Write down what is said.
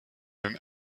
den